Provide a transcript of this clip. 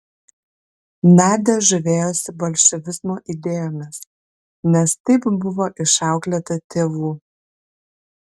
nadia žavėjosi bolševizmo idėjomis nes taip buvo išauklėta tėvų